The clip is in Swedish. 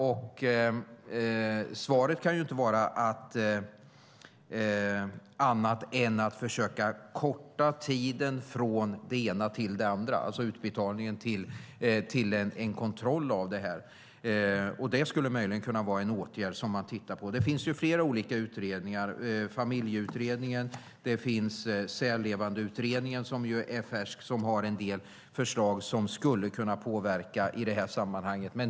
Och svaret kan inte vara annat än att man ska försöka korta tiden från det ena till det andra, alltså från utbetalningen till en kontroll av det här. Det skulle möjligen kunna vara en åtgärd som man tittar på. Det finns flera olika utredningar, till exempel Familjeutredningen och Särlevandeutredningen, som är färsk, som har en del förslag som skulle kunna påverka i det här sammanhanget.